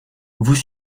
vous